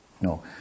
No